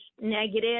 negative